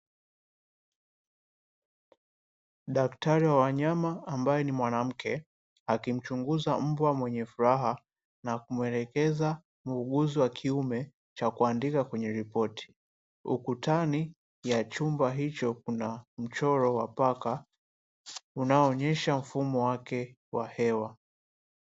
Daktari wa wanyama ambaye ni mwanamke, akimchunguza mbwa mwenye furaha na kumwelekeza muuguzi wa kiume cha kuandika kwenye ripoti. Ukutani ya chumba hicho kuna mchoro wa paka unaoonyesha mfumo wake wa hewa.